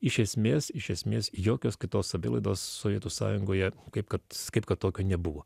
iš esmės iš esmės jokios kitos savilaidos sovietų sąjungoje kaip kad kaip kad tokio nebuvo